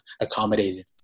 accommodated